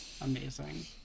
Amazing